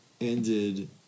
ended